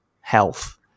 health